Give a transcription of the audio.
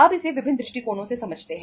अब इसे विभिन्न दृष्टिकोणों से समझते हैं